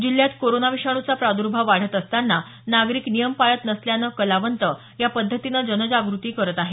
जिल्ह्यात कोरोना विषाणूचा प्राद्र्भाव वाढत असताना नागरिक नियम पाळत नसल्यानं कलावंत या पद्धतीनं जनजागृती करत आहे